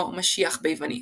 או "משיח" ביוונית.